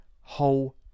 whole